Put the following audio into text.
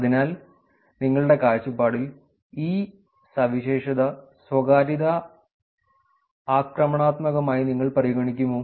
അതിനാൽ നിങ്ങളുടെ കാഴ്ച്ചപ്പാടിൽ ഈ സവിശേഷത സ്വകാര്യത ആക്രമണാത്മകമായി നിങ്ങൾ പരിഗണിക്കുമോ